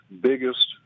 biggest